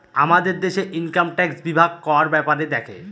আমাদের দেশে income tax বিভাগ কর ব্যাপারে দেখে